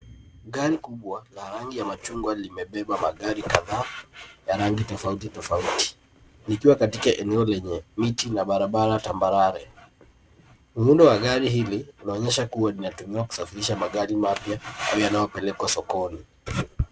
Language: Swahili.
Gari kubwa la rangi ya machungwa limebeba magari kadhaa ya rangi tofauti tofauti, likiwa katika eneo lenye miti na barabara tambarare. Muundo wa gari hili linaonyesha kuwa linatumiwa kusafirisha magari mapya au yanayopelekwa sokoni.